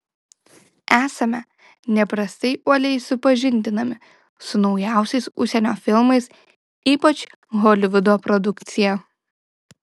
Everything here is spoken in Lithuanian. esame neprastai uoliai supažindinami su naujausiais užsienio filmais ypač holivudo produkcija